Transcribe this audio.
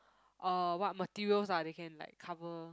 uh what materials ah they can like cover